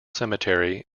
cemetery